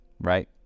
right